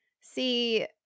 See